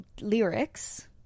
lyrics